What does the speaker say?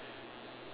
ya